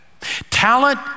Talent